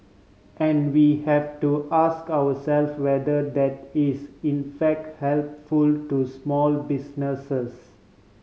and we have to ask ourself whether that is in fact helpful to small businesses